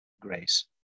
grace